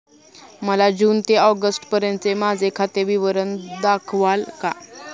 मला जून ते ऑगस्टपर्यंतचे माझे खाते विवरण दाखवाल का?